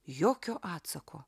jokio atsako